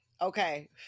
Okay